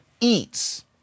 eats